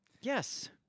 Yes